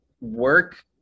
work